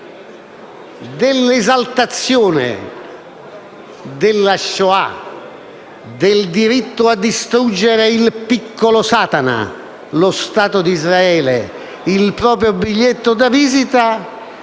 dell'esaltazione della Shoah, del diritto a distruggere il piccolo satana, lo Stato d'Israele, il proprio biglietto da visita.